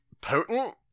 potent